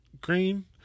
Green